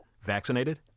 Vaccinated